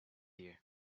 you